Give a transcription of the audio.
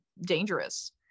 dangerous